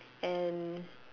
and